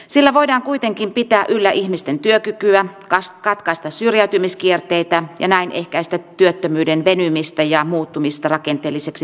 sillä voidaan kuitenkin pitää yllä ihmisten työkykyä katkaista syrjäytymiskierteitä ja näin ehkäistä työttömyyden venymistä ja muuttumista rakenteelliseksi työttömyydeksi